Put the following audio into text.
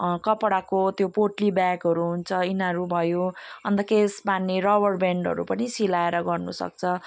कपडाको त्यो पोटली ब्यागहरू हुन्छ यिनीहरू भयो अनि त केश बाँध्ने रबर ब्यान्डहरू पनि सिलाएर गर्नु सक्छ